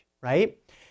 right